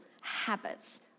habits